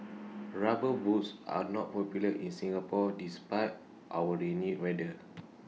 rubber boots are not popular in Singapore despite our rainy weather